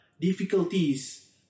difficulties